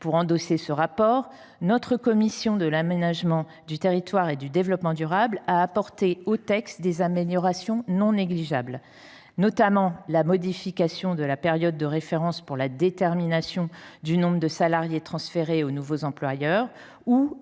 pour élaborer ce rapport –, la commission de l’aménagement du territoire et du développement durable a apporté au texte des améliorations non négligeables. Je pense, notamment, à la modification de la période de référence pour la détermination du nombre de salariés transférés aux nouveaux employeurs ou à l’allongement